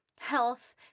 health